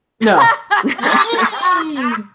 No